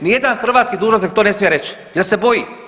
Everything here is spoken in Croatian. Ni jedan hrvatski dužnosnik to ne smije reći jer se boji.